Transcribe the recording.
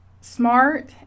smart